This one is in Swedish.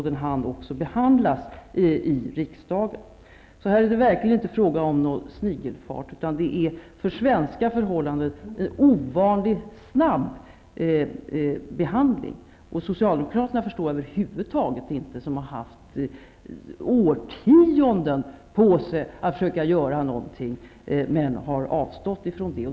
Den hann också behandlas i riksdagen. Här är det verkligen inte fråga om någon snigelfart, utan det är en för svenska förhållanden ovanligt snabb behandling. Socialdemokraterna förstår jag över huvud taget inte. De har haft årtionden på sig att försöka göra någonting, men har avstått från det.